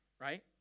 right